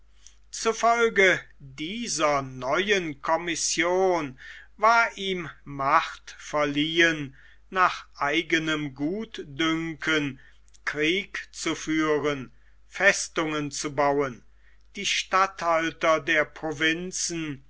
zufolge dieser neuen commission war ihm macht verliehen nach eigenem gutdünken krieg zu führen festungen zu bauen die statthalter der provinzen